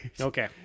Okay